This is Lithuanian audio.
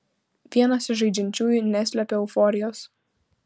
vienas iš žaidžiančiųjų neslepia euforijos